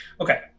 Okay